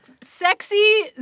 sexy